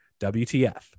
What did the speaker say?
WTF